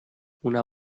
una